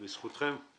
גם בזכותכם